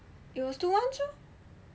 it was two months lor